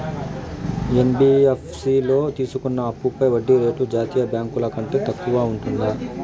NBFC లో తీసుకున్న అప్పుపై వడ్డీ రేటు జాతీయ బ్యాంకు ల కంటే తక్కువ ఉంటుందా?